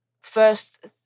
first